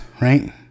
right